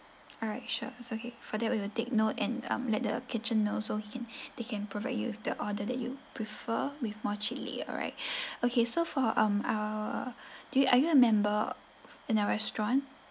alright sure it's okay for that we will take note and um let the kitchen know so he can they can provide you with the order that you prefer with more chilli alright okay so for um err do you are you a member in our restaurant